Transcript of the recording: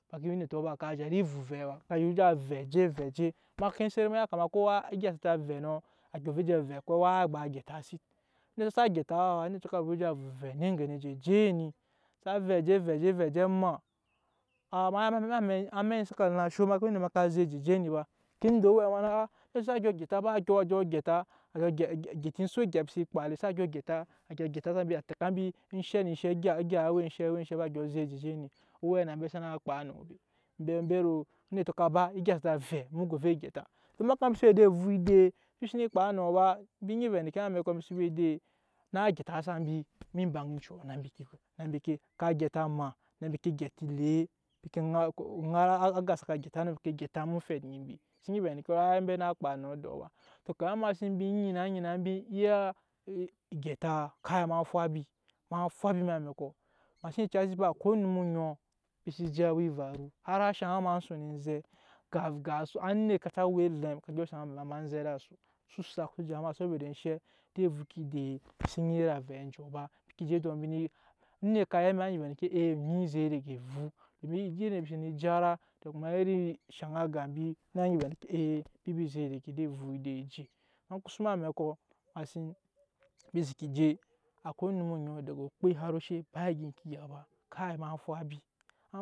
Ma seke ya onetɔ ka zhat evu ovɛɛ ya vɛ je vɛ je ma ke set ma ya kama ko egya sa zɛ vɛ nɔ a go ovɛ za vɛ a ba gyetasi onetɔ xsa gyɛta fa a go ovɛ za vɛ ovɛ ni je eje ni saa vɛ je je ma amɛk saka ba sho ma ya onetɔ ka zɛ je oje ni fa ma ke de owɛɛ aa onetɔ xsa dyɔ gyeta ba na tɛka mbi enshɛ ne enshɛ egya we enshɛ a a dyɔ zek a je je ni owɛɛ na embe xsanaa kpa nɔ be embe ro onetɔ ka ba egya ni sa vɛ mu go vɛ gyeta eŋke tɔ ema kuma sen we ed'evup edei mbi nyi vɛ mbi xsene kpa enɔ ba embi vɛ endeke em'amɛkɔ embi e we edei á naa gyetasa mbi em'ebaŋ eŋan oncuɔ aŋa bi otepɔ na mbi ke ka gyeta maa na mbi ke dɛki le bete mbi ke ŋara aŋga sa gyeta nɔ en ke gyeta em'omfɛt onyi mbi xse nyi vɛ endeke á naa kpa endeke ede mbe ba tɔ kama ma sen ba nyina nyina ba ya egyeta kai ma fwabi ma fwabi em'amɛkɔ ma xsen yucasi ba akwai onum oŋɔ embi je awa evaru har á shaŋ ma son ezɛ ga anet ka cii we elɛm ka dyɔ shaŋ ma zɛ ed'asu asusa ka jut ma soboda enshɛ ed'evupe edei embi xse nyise iri avɛ enjei ba embi ke je edɔ onet ka ya mbi a vɛɛ oŋɛ ka zek daga evup domin ejera oje mbi senee jara tɔ kuma iri shaŋ aŋga mbi á nyi vɛ mbi embi zek daga ed'evup edei je ma kpusu em'amɛkɔ ma seen embi seke je akwai onum oŋɔ daga okpe har oshe ba egya eŋke egya ba kai ma fwabi.